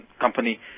company